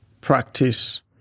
practice